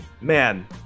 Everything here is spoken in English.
man